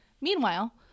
Meanwhile